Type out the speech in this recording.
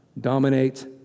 dominate